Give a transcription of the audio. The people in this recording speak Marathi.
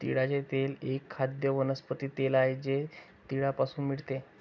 तिळाचे तेल एक खाद्य वनस्पती तेल आहे जे तिळापासून मिळते